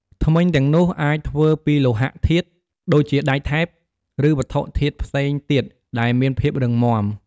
ធ្មេញទាំងនោះអាចធ្វើពីលោហធាតុ ដូចជាដែកថែប ឬវត្ថុធាតុផ្សេងទៀតដែលមានភាពរឹងមាំ។